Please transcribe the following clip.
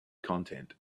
content